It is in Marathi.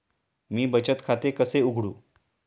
मी बचत खाते कसे उघडू?